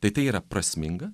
tai tai yra prasminga